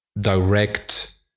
direct